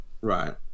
right